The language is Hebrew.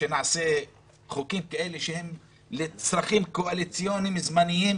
חוקים כאלה שהם לצרכים קואליציוניים זמניים